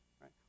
right